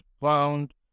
found